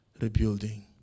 rebuilding